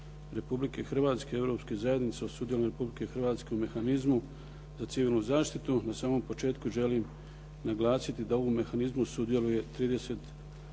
Republike Hrvatske i Europske zajednice o sudjelovanje Republike Hrvatske u mehanizmu za civilnu zaštitu. Na samom početku želim naglasiti da u ovom mehanizmu sudjeluje 30